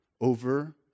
over